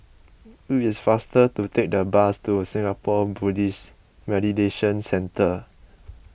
it is faster to take the bus to Singapore Buddhist Meditation Centre